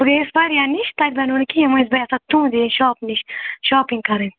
بہٕ گٔیَس واریاہ ہَن ہِش تَتہِ بَنیو نہٕ کیٚنہہ وٕ چھِس بہٕ یژھان تُنٛد شاپِنٛگ شاپنٛگ کَرٕنۍ